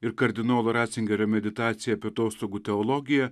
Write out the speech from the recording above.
ir kardinolo ratzingerio meditacija apie atostogų teologiją